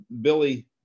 Billy